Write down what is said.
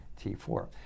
T4